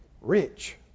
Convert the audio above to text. rich